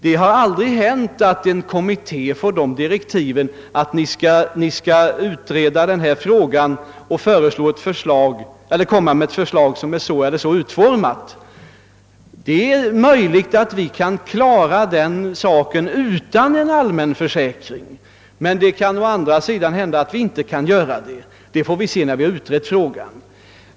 Det har aldrig hänt att en kommitté fått direktiv så utformade: »Ni skall utreda denna fråga och lägga fram förslag som är så eller så utformade.» Det: är möjligt att kommittén kan lösa frågan utan en allmän försäkring, men det kan också hända att den inte kan göra det — det får vi se när vi har utrett frågan.